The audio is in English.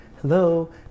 Hello